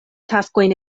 taskojn